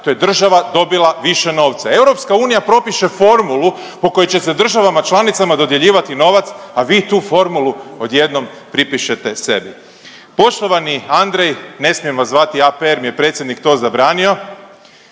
to je država dobila više novca. EU propiše formulu po kojoj će se državama članicama dodjeljivati novac, a vi tu formulu odjednom pripišete sebi. Poštovani Andrej ne smijem vas zvati AP jer mi je predsjednik to zabranio,